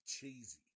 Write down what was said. cheesy